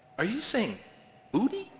are you saying bootie?